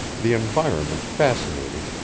the environment fascinating,